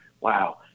wow